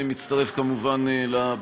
אני מצטרף לברכות.